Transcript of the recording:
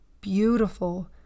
beautiful